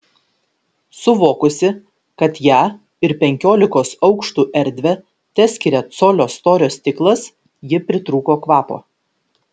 suvokusi kad ją ir penkiolikos aukštų erdvę teskiria colio storio stiklas ji pritrūko kvapo